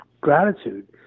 gratitude